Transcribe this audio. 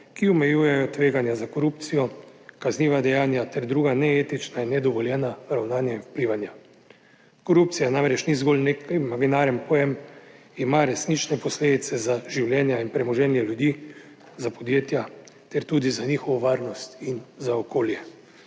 ki omejujejo tveganja za korupcijo, kazniva dejanja ter druga neetična in nedovoljena ravnanja in vplivanja. Korupcija namreč ni zgolj nek imaginaren pojem, ima resnične posledice za življenja in premoženje ljudi, za podjetja ter tudi za njihovo varnost in za okolje,